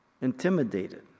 intimidated